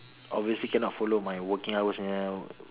obviously cannot follow my working hours uh